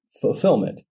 fulfillment